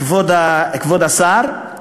כבוד השר,